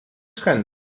trend